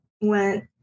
went